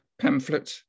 pamphlet